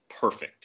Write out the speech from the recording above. perfect